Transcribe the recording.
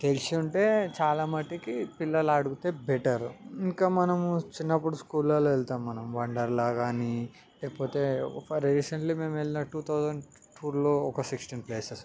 తెలిసి ఉంటే చాలా మట్టుకి పిల్లలు అడిగితే బెటర్ ఇంకా మనము చిన్నప్పుడు స్కూళ్ళల్లో వెళ్తాం మనం వండర్లా కానీ లేకపోతే ఫర్ రీసెంట్లీ మేము వెళ్ళిన టూ థౌజండ్ టూలో ఒక సిక్స్టీన్ ప్లేసెస్